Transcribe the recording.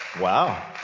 Wow